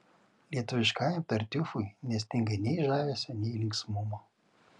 lietuviškajam tartiufui nestinga nei žavesio nei linksmumo